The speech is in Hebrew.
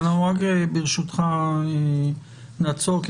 ברשותך נעצור,